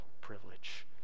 privilege